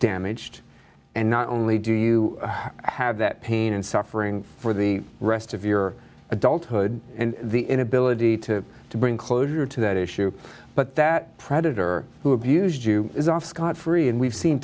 damaged and not only do you have that pain and suffering for the rest of your adulthood and the inability to to bring closure to that issue but that predator who abused you is off scot free and we've seen